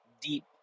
deep